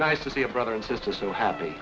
nice to be a brother and sister so happy